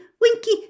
Winky